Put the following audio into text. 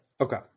Okay